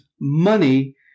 money